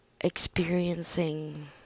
experiencing